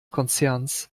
konzerns